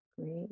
Great